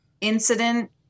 incident